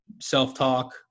self-talk